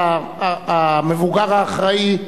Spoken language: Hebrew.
המבוגר האחראי,